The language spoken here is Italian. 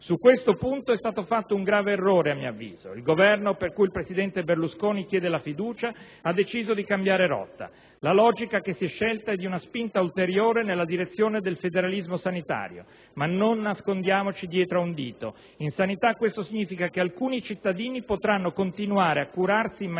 a mio avviso, è stato fatto un grave errore. Il Governo per cui il presidente Berlusconi chiede la fiducia ha deciso di cambiare rotta: la logica che si è scelta è quella di una spinta ulteriore nella direzione del federalismo sanitario. Non nascondiamoci però dietro a un dito: in sanità questo significa che alcuni cittadini potranno continuare a curarsi in maniera